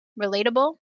relatable